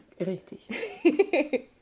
Richtig